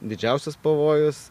didžiausias pavojus